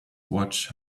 watch